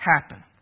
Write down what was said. happen